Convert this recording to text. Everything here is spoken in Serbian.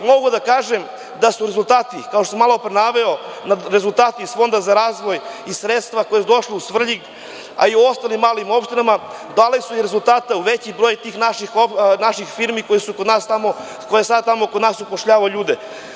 Mogu da kažem da su rezultati, kao što sam malopre naveo, iz Fonda za razvoj i sredstva koja su došla u Svrljig, a i u ostale male opštine, dali su rezultate u većem broju tih naših firmi koje sada tamo kod nas upošljavaju ljude.